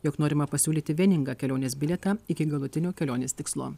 jog norima pasiūlyti vieningą kelionės bilietą iki galutinio kelionės tikslo